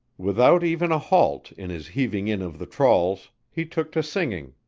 without even a halt in his heaving in of the trawls, he took to singing